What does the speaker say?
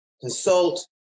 consult